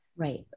Right